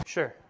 Sure